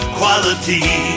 quality